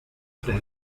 tres